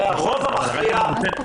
הרוב המכריע הוא לא בשירות המדינה.